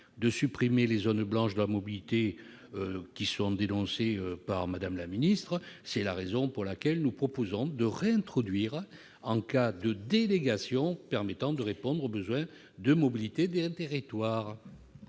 de supprimer les zones blanches de la mobilité dénoncées par Mme la ministre. C'est la raison pour laquelle nous proposons de réintroduire cette possibilité en cas de délégation permettant de répondre aux besoins de mobilités des territoires.